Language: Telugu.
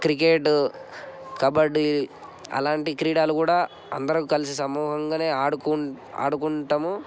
క్రికెట్ కబడ్డీ అలాంటి క్రీడలు కూడా అందరం కలిసి సమూహంగా ఆడుకుం ఆడుకుంటాము